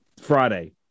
friday